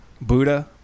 Buddha